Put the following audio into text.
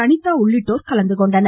அனிதா உள்ளிட்டோர் கலந்துகொண்டனர்